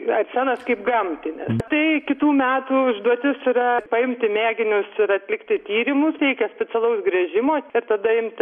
arsenas kaip gamtinis tai kitų metų užduotis yra paimti mėginius ir atlikti tyrimus reikia specialaus gręžimo ir tada imti